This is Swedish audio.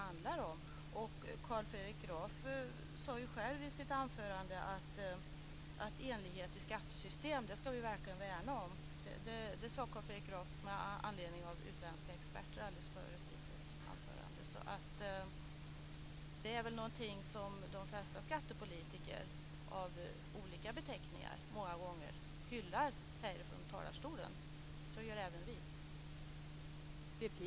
Carl Fredrik Graf sade ju själv i sitt anförande, med anledning av vad utländska experter har sagt, att vi verkligen ska värna om enhetlighet i skattesystemet. Det är väl något som de flesta skattepolitiker med olika beteckningar många gånger hyllar här i talarstolen. Så gör även vi.